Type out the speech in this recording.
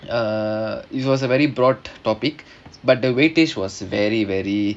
uh it was a very broad topic but the weightage was very very